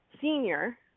senior